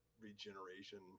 regeneration